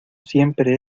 siempre